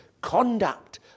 conduct